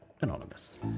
Anonymous